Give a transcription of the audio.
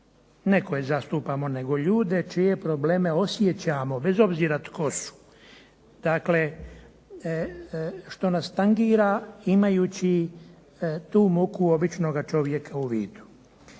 ne koje zastupamo, nego ljude čije probleme osjećamo, bez obzira tko su. Dakle, što nas tangira imajući tu muku običnoga čovjeka u vidu.